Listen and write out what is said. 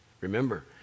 remember